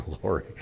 Glory